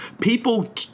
People